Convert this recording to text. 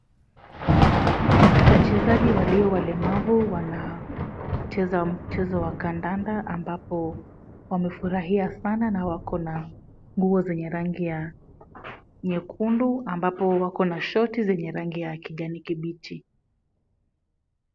Wachezaji walio walemavu wanacheza mchezo wa kandanda ambapo wamefurahia sana na wako na nguo za rangi nyekundu ambapo wako na shorti zenye rangi ya kijani kibichi.